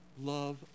Love